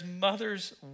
mother's